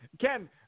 Ken